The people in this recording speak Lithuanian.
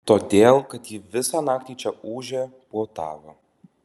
todėl kad ji visą naktį čia ūžė puotavo